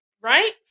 right